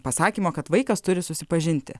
pasakymo kad vaikas turi susipažinti